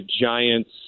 giants